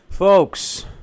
Folks